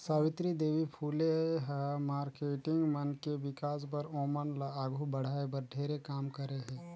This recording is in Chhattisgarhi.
सावित्री देवी फूले ह मारकेटिंग मन के विकास बर, ओमन ल आघू बढ़ाये बर ढेरे काम करे हे